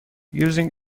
using